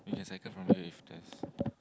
we can cycle from here if there's